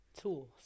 tools